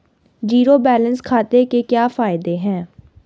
Zero balance खाते के क्या फायदे हैं?